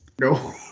No